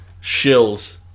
Shills